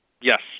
Yes